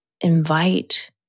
invite